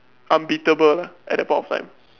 unbeatable ah at that point of time